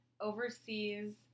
overseas